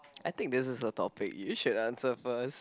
I think this is a topic you should answer first